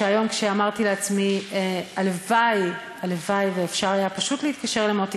שהיום אמרתי לעצמי: הלוואי שהיה אפשר פשוט להתקשר למוטי